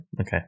okay